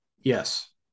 Yes